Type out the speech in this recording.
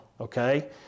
Okay